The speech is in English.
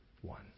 one